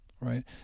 right